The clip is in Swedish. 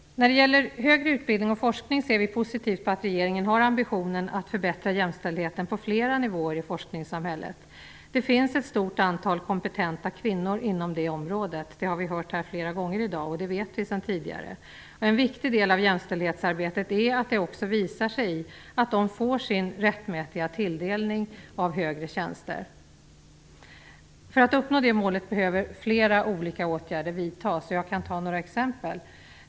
När det gäller högre utbildning och forskning ser vi positivt på att regeringen har ambitionen att förbättra jämställdheten på flera nivåer i forskningssamhället. Det finns ett stort antal kompetenta kvinnor inom det området. Det har vi hört flera gånger här i dag, och det vet vi sedan tidigare. En viktig del av jämställdhetsarbetet är att det också visar sig i att de får sin rättmätiga tilldelning av högre tjänster. För att uppnå det målet behöver flera olika åtgärder vidtas. Jag kan ta några exempel.